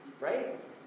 Right